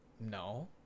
no